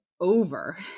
Over